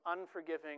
unforgiving